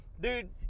dude